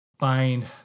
Find